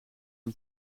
een